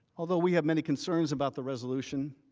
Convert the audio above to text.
although we have many concerns about the resolution,